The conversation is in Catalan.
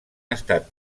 estat